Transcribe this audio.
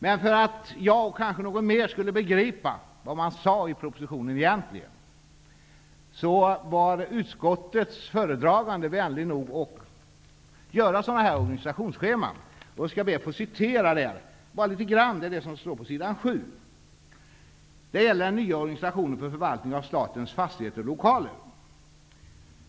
Men för att jag och andra skulle begripa vad man egentligen säger i propositionen var utskottets föredragande vänlig nog att göra sådana här organisationsscheman. På s. 7 i betänkandet finns en organisationsskiss över den nya organisationen för förvaltning av statens fastigheter och lokaler.